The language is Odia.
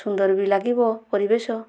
ସୁନ୍ଦର ବି ଲାଗିବ ପରିବେଶ